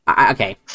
Okay